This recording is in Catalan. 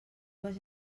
dues